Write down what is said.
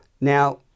now